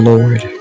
Lord